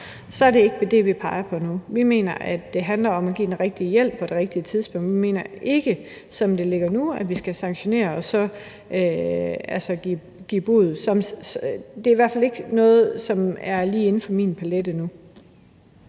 så er det ikke det, vi peger på nu. Vi mener, det handler om at give den rigtige hjælp på det rigtige tidspunkt. Vi mener ikke, som det ligger nu, at vi skal sanktionere og give bod. Det er i hvert fald ikke noget, som er på min palet lige nu.